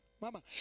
Mama